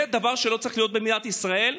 זה דבר שלא צריך להיות במדינת ישראל,